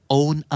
own